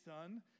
son